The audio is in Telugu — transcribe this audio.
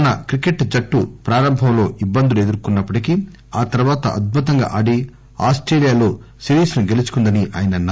మన క్రికెట్ జట్టు ప్రారంభంలో ఇబ్బందులు ఎదుర్కొన్న ప్పటికీ ఆ తర్వాత అద్భుతంగా ఆడి ఆస్టేలియాలో సిరీస్ను గెలుచుకుందని అన్నారు